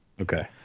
Okay